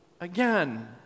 again